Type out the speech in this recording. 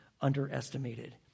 underestimated